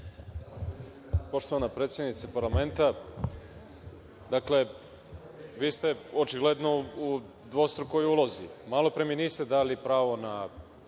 Poštovana predsednice parlamenta, dakle, vi ste očigledno u dvostrukoj ulozi. Malopre mi niste dali pravo na